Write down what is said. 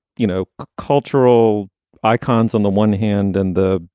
you know, cultural icons on the one hand and the,